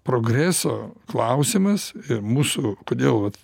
progreso klausimas mūsų kodėl vat